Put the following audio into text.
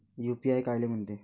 UPI कायले म्हनते?